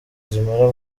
zimara